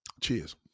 Cheers